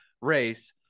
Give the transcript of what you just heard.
race